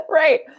Right